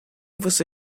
você